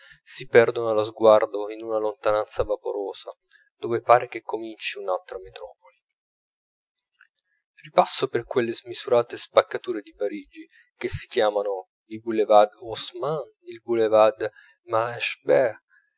si perdono allo sguardo in una lontananza vaporosa dove pare che cominci un'altra metropoli ripasso per quelle smisurate spaccature di parigi che si chiamano il boulevard haussman il boulevard malesherbes il